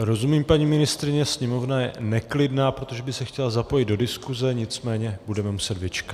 Rozumím, paní ministryně, sněmovna je neklidná, protože by se chtěla zapojit do diskuse, nicméně budeme muset vyčkat.